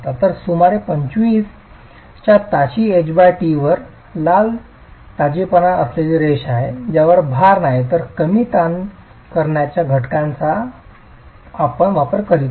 तर सुमारे 25 25 च्या ताशी ht वर लाल ताजेपणा असलेली रेषा आहे ज्यावर भार नाही तर ताण कमी करण्याच्या घटकाचा आपण वापर करीत नाही